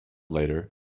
later